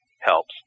helps